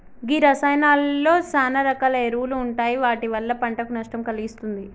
గీ రసాయానాలలో సాన రకాల ఎరువులు ఉంటాయి వాటి వల్ల పంటకు నష్టం కలిగిస్తుంది